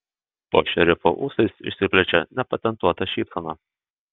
po šerifo ūsais išsiplečia nepatentuota šypsena